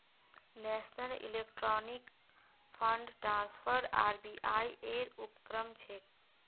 national electronic fund transfer RBI ऐर उपक्रम छेक